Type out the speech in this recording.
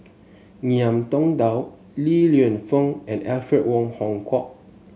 Ngiam Tong Dow Li Lienfung and Alfred Wong Hong Kwok